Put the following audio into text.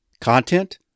Content